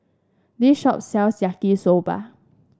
this shop sells Yaki Soba